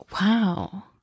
Wow